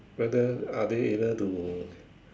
whether are they able to